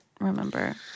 remember